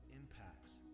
impacts